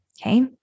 Okay